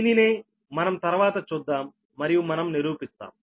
దీనిని మనం తర్వాత చూద్దాం మరియు మనం నిరూపిస్తాం